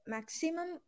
Maximum